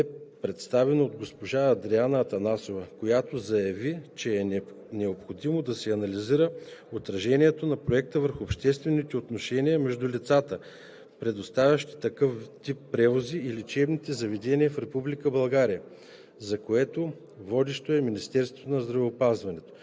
бе представено от госпожа Андреана Атанасова, която заяви, че е необходимо да се анализира отражението на Проекта върху обществените отношения между лицата, предоставящи такъв тип превози и лечебните заведения в Република България, за което водещо е Министерството на здравеопазването.